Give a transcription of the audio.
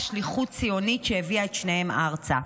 שליחות ציונית שהביאה את שניהם ארצה.